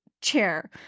chair